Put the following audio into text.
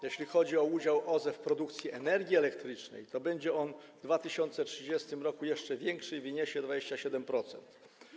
Jeśli chodzi o udział OZE w produkcji energii elektrycznej, to będzie on w 2030 r. jeszcze większy i wyniesie 27%.